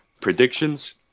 predictions